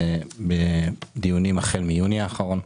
זה בדיונים החל מיוני האחרון.